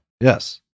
Yes